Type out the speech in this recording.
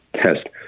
test